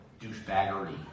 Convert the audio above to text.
douchebaggery